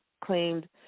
claimed